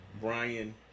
Brian